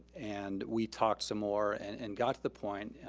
and we talked some more, and and got to the point,